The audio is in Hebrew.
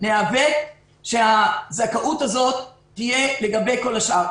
ניאבק שהזכאות הזאת תהיה לגבי כל השאר.